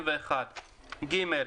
התשפ"א,